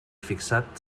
fixat